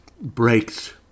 breaks